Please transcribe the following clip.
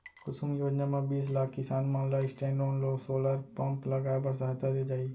कुसुम योजना म बीस लाख किसान मन ल स्टैंडओन सोलर पंप लगाए बर सहायता दे जाही